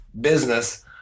business